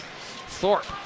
Thorpe